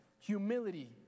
humility